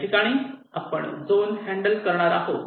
याठिकाणी आपण zone handle करणार आहोत